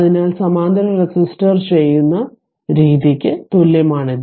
അതിനാൽ സമാന്തര റെസിസ്റ്റർ ചെയ്യുന്ന രീതിക്ക് തുല്യമാണിത്